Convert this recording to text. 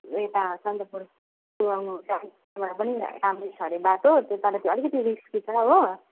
त्यता सन्दकपुबाट पनि राम्रो छ अरे बाटो तर चाहिँ अलिकति रिस्की छ हो